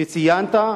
שציינת,